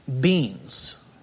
beings